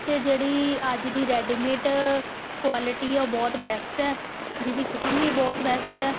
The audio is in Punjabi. ਅਤੇ ਜਿਹੜੀ ਅੱਜ ਦੀ ਰੈਡੀਮੇਟ ਕੁਆਲਿਟੀ ਹੈ ਉਹ ਬਹੁਤ ਬੈਸਟ ਹੈ ਜਿਹਦੀ ਫਿਟਿੰਗ ਵੀ ਬਹੁਤ ਬੈਸਟ ਹੈ